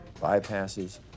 bypasses